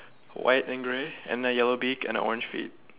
white and grey and then yellow beak and the orange feet